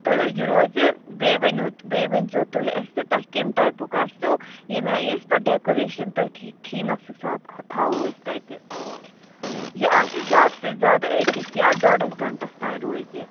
تہٕ یہِ روزِ بیٚیہِ ؤنِو بیٚیہِ ؤنۍزیٚو تُہۍ اَسہِ کَمہِ ٹایپُک آسیٚو ییٚمہِ آیہِ أسۍ پَتہٕ ڈیکوٗریشَن تٔتھۍ تھیٖمَس حِساب تھاوَو أسۍ تتہِ یہِ آسہِ زیادے سے زیادٕ أکِس یا ڈۅڈس گنٹس تانۍ روزِ یہِ